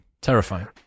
terrifying